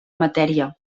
matèria